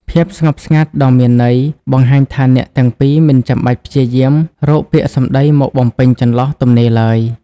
ភាពស្ងប់ស្ងាត់ដ៏មានន័យ បង្ហាញថាអ្នកទាំងពីរមិនចាំបាច់ព្យាយាមរកពាក្យសម្ដីមកបំពេញចន្លោះទំនេរឡើយ។